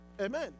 Amen